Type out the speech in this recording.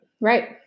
Right